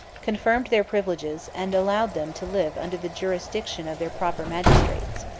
confirmed their privileges, and allowed them to live under the jurisdiction of their proper magistrates.